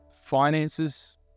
finances